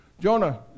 Jonah